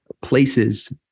places